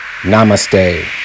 namaste